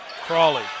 Crawley